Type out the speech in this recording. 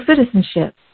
citizenship